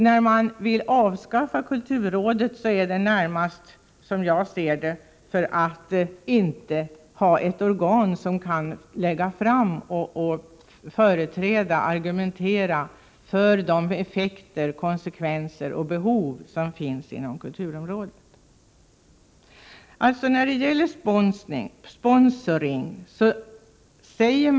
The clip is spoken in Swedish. Att man vill avskaffa kulturrådet beror närmast på, som jag uppfattar det, att man inte vill ha ett organ som kan argumentera för tillgodoseende av de behov som finns inom kulturområdet och som kan förutse konsekvenserna och effekterna av olika åtgärder.